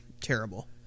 terrible